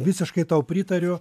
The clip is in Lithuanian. visiškai tau pritariu